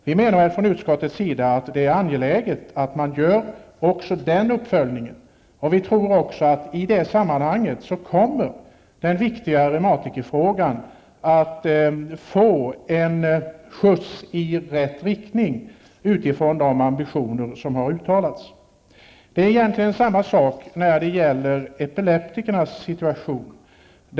Vi menar från utskottets sida att det är angeläget att göra också den uppföljningen, och vi tror också att den viktiga reumatikerfrågan i det sammanhanget kommer att få en skjuts i rätt riktning utifrån de ambitioner som har uttalats. Det ligger egentligen till på samma sätt när det gäller epileptikernas situation.